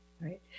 Right